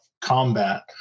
combat